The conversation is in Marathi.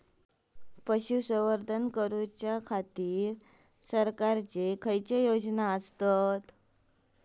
पशुसंवर्धन करूच्या खाती सरकारच्या कसल्या योजना आसत?